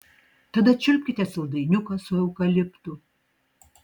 tada čiulpkite saldainiuką su eukaliptu